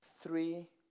three